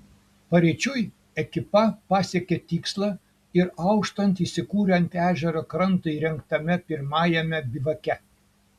paryčiui ekipa pasiekė tikslą ir auštant įsikūrė ant ežero kranto įrengtame pirmajame bivake